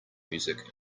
music